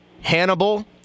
Hannibal